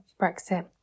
Brexit